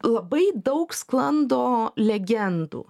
labai daug sklando legendų